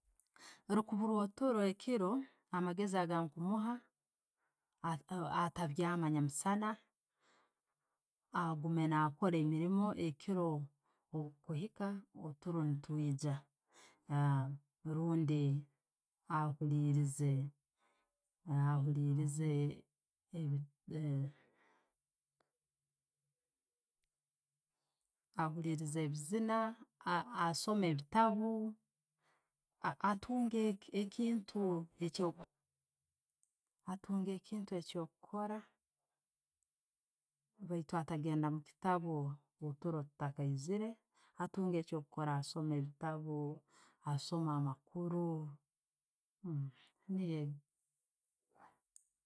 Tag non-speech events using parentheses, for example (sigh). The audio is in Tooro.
Orukuburwa otturo ekiiro, amageezi genakumuwa ata byaama nyamusaana, aguume nakora emiirimu. Ekiro obukiihiika, otuuro netwiija rundi ahurelize (hesitation) ahurilize ebiziina, asome ebitaabu. Atunge ekintu ekyo ku, atunge ekintu ekokukora baitu atagenda mukitaabu oturo tukataizire, atunge ekyo kukora, asoome ebitaabu, asoome amakuru, niibyebu.